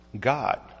God